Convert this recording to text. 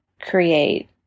create